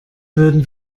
würden